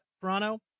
Toronto